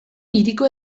hiriko